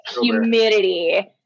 humidity